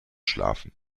schlafen